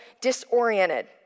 disoriented